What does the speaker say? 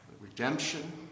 redemption